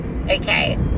okay